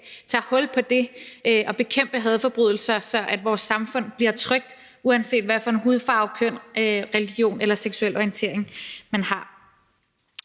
tager hul på det at bekæmpe hadforbrydelser, så vores samfund bliver trygt, uanset hvad for et køn, hvad for en hudfarve, religion eller seksuel orientering man har.